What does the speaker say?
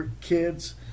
kids